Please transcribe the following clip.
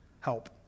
Help